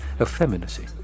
effeminacy